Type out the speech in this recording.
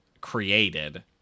created